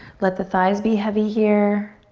let the thighs be heavy here.